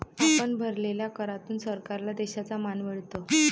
आपण भरलेल्या करातून सरकारला देशाचा मान मिळतो